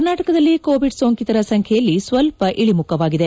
ಕರ್ನಾಟಕದಲ್ಲಿ ಕೋವಿಡ್ ಸೋಂಕಿತರ ಸಂಖ್ಯೆಯಲ್ಲಿ ಸ್ವಲ್ಪ ಇಳಿಮುಖವಾಗಿದೆ